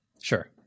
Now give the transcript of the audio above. Sure